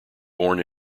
born